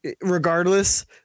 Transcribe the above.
regardless